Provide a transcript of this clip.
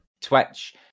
Twitch